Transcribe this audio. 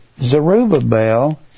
Zerubbabel